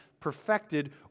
perfected